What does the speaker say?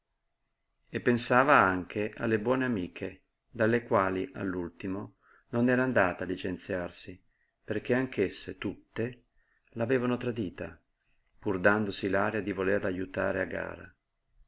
e pensava anche alle buone amiche dalle quali all'ultimo non era andata a licenziarsi perché anch'esse tutte l'avevano tradita pur dandosi l'aria di volerla ajutare a gara